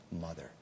mother